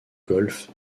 golfe